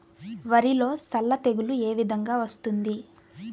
వరిలో సల్ల తెగులు ఏ విధంగా వస్తుంది?